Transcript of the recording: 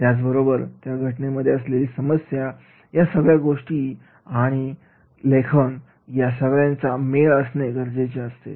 त्याचबरोबर त्या घटनेमध्ये असलेली समस्या या सगळ्या गोष्टी आणि लेखन या सगळ्याचा मेळ असणे गरजेचे असते